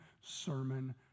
sermon